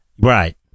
Right